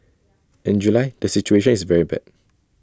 in July the situation is very bad